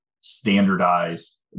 standardized